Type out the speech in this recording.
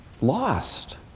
lost